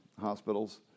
hospitals